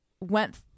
went